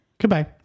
Goodbye